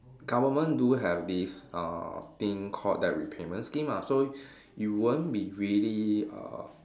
government do have this uh thing called debt repayment scheme so you won't be really uh